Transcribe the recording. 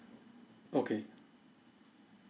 okay